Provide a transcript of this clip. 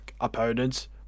opponents